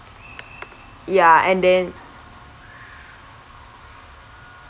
ya and then